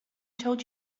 told